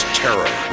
terror